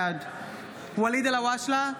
בעד ואליד אלהואשלה,